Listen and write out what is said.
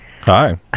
Hi